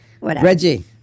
Reggie